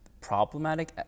problematic